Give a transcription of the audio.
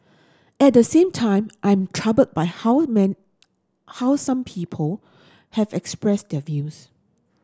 at the same time I'm troubled by how men how some people have expressed their views